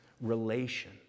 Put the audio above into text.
relation